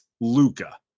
Luca